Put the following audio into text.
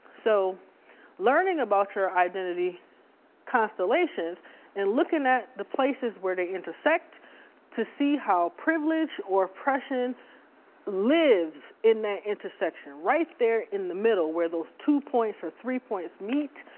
so learning about your identity constellations and looking at the places where they intersect to see how privilege or oppression lives in that intersection. right there in the middle, where those two points or three points meet,